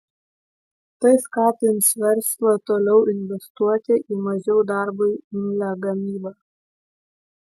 tai skatins verslą toliau investuoti į mažiau darbui imlią gamybą